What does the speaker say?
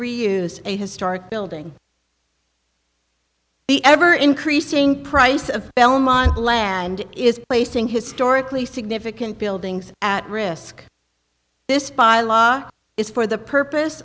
a historic building the ever increasing price of belmont land is placing historically significant buildings at risk this by law is for the purpose